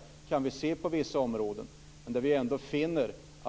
Det kan vi se på vissa områden.